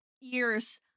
Years